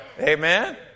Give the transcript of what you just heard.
Amen